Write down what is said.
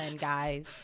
guys